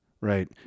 right